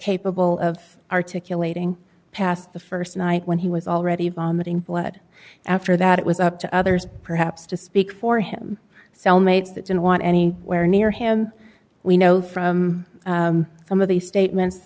capable of articulating past the st night when he was already vomiting blood after that it was up to others perhaps to speak for him cellmates that didn't want any where near him we know from some of the statements